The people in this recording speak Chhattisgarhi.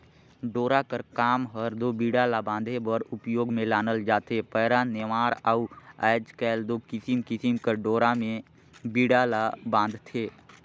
डोरा कर काम हर दो बीड़ा ला बांधे बर उपियोग मे लानल जाथे पैरा, नेवार अउ आएज काएल दो किसिम किसिम कर डोरा मे बीड़ा ल बांधथे